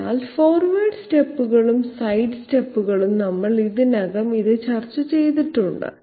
അതിനാൽ ഫോർവേഡ് സ്റ്റെപ്പുകളും സൈഡ് സ്റ്റെപ്പുകളും നമ്മൾ ഇതിനകം ഇത് ചർച്ച ചെയ്തിട്ടുണ്ട്